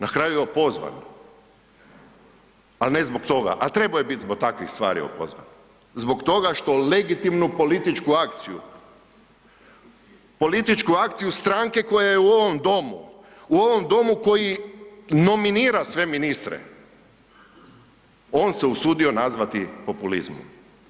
Na kraju je opozvan al ne zbog toga, a trebao je biti zbog takvih stvari opozvan, zbog toga što legitimnu političku akciju, političku akciju stranke koja je u ovom domu, u ovom domu koji nominira sve ministre, on se usudio nazvati populizmom.